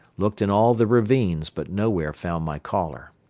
looked in all the ravines but nowhere found my caller.